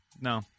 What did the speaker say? No